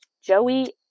Joey